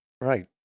Right